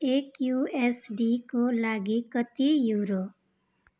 एक एसडीको लागि कति युरो